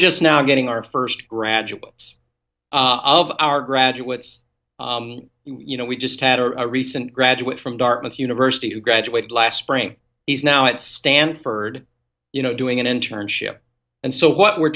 just now getting our first graduates all of our graduates you know we just had a recent graduate from dartmouth university who graduated last spring he's now at stanford you know doing an internship and so what we're